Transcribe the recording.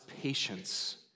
patience